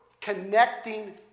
connecting